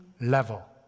level